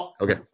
okay